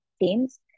teams